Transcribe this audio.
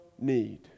need